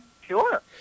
Sure